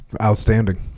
Outstanding